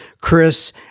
Chris